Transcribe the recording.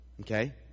Okay